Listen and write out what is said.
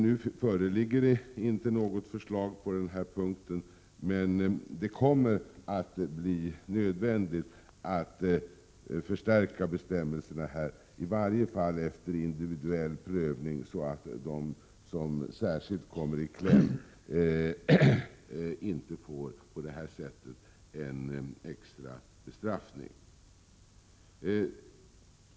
Nu föreligger inte något förslag på denna punkt, men det kommer att bli nödvändigt att ändra bestämmelserna så att man, i varje fall efter individuell prövning, kan förhindra att denna kategori fångar kommer särskilt i kläm och får en extra bestraffning.